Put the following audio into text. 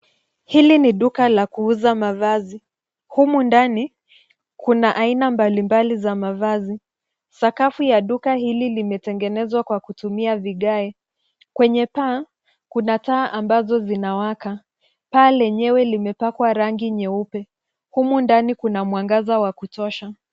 Hili ni duka la kuuza mavazi. Humu ndani kuna aina mbalimbali za mavazi. Sakafu ya duka hili limetengenezwa kwa kutumia vigae. Kwenye paa kuna taa ambazo zinawaka. Paa lenyewe limepakwa rangi nyeupe. Humu ndani kuna mwanga wa kutosha.